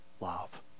love